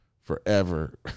forever